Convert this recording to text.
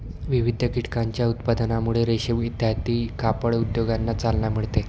विविध कीटकांच्या उत्पादनामुळे रेशीम इत्यादी कापड उद्योगांना चालना मिळते